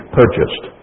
purchased